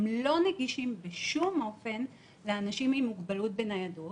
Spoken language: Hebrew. הם לא נגישים בשום אופן לאנשים עם מוגבלות בניידות,